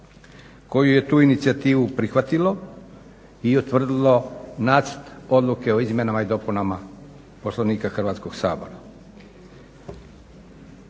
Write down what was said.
koji je tu inicijativu prihvatilo i utvrdilo nacrt odluke o izmjenama i dopunama Poslovnika Hrvatskog sabora.